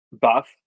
buff